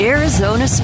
Arizona